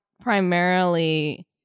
primarily